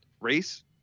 Race